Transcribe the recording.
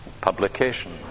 publication